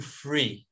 free